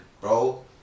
bro